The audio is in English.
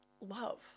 love